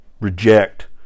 reject